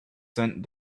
sent